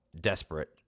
desperate